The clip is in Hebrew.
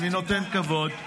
אני נותן כבוד.